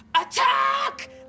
attack